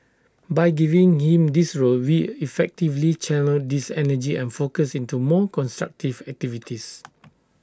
by giving him this role we effectively channelled his energy and focus into more constructive activities